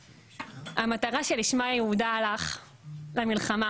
המטרה שלשמה יהודה הלך למלחמה,